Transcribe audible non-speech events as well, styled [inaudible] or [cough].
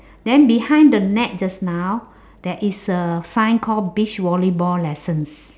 [breath] then beside the mat just now there is a sign call beach volleyball lessons